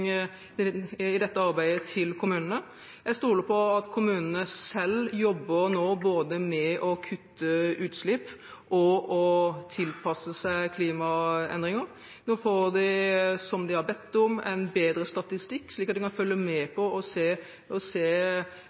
i dette arbeidet. Jeg stoler på at kommunene selv nå jobber både med å kutte utslipp og med å tilpasse seg klimaendringer. Nå får de – som de har bedt om – en bedre statistikk, slik at de kan følge med på og se resultatene av det arbeidet som gjøres, og